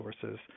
sources